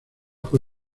fue